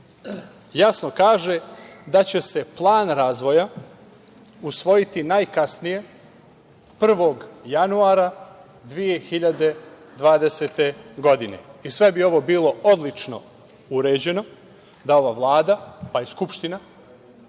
jasno kaže da će se plan razvoja usvojiti najkasnije 1. januara 2020. godine. I sve bi ovo bilo odlično uređeno da ova Vlada, pa i Skupština